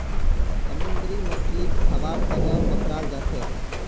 समुंदरी मछलीक खाबार तनौ पकड़ाल जाछेक